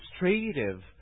illustrative